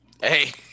Hey